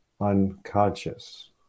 unconscious